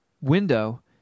window